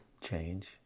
change